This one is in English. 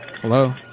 Hello